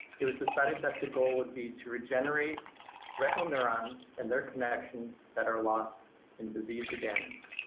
it was decided that the goal would be to regenerate retinal neurons and their connections that are lost in disease or damaged.